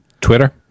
Twitter